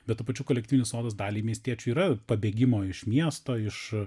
bet tuo pačiu kolektyvinis sodas daliai miestiečių yra pabėgimo iš miesto iš